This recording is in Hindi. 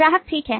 ग्राहक ठीक है